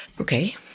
Okay